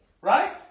Right